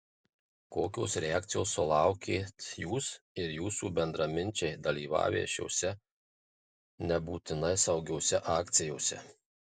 kokios reakcijos sulaukėt jūs ir jūsų bendraminčiai dalyvavę šiose nebūtinai saugiose akcijose